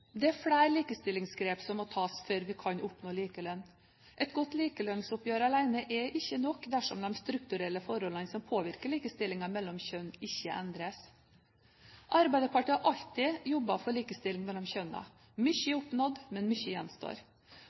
Det er flere likestillingsgrep som må tas før vi kan oppnå likelønn. Et godt likelønnsoppgjør alene er ikke nok dersom de strukturelle forholdene som påvirker likestillingen mellom kjønnene, ikke endres. Arbeiderpartiet har alltid jobbet for likestilling mellom kjønnene. Mye er oppnådd, men mye gjenstår.